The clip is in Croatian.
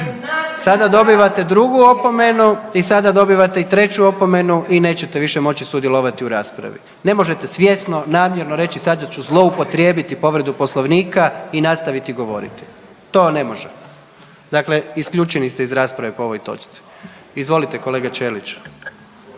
**Jandroković, Gordan (HDZ)** i sada dobivate i 3. opomenu i nećete više moći sudjelovati u raspravi. Ne možete svjesno, namjerno reći sada ću zloupotrijebiti povredu Poslovnika i nastaviti govoriti. To ne može. Dakle, isključeni ste iz rasprave po ovoj točci. Izvolite kolega Ćelić.